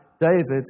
David